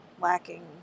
lacking